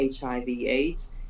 HIV/AIDS